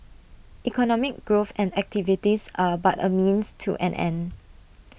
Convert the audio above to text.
economic growth and activities are but A means to an end